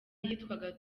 yitwaga